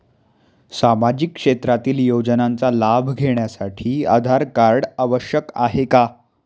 सामाजिक क्षेत्रातील योजनांचा लाभ घेण्यासाठी आधार कार्ड आवश्यक आहे का?